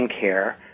care